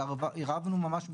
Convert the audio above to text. עירבנו ממש בחוזים.